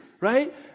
right